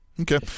Okay